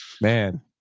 man